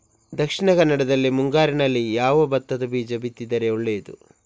ದಕ್ಷಿಣ ಕನ್ನಡದಲ್ಲಿ ಮುಂಗಾರಿನಲ್ಲಿ ಯಾವ ಭತ್ತದ ಬೀಜ ಬಿತ್ತಿದರೆ ಒಳ್ಳೆಯದು?